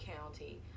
County